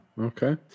okay